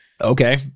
Okay